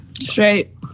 Straight